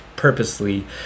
purposely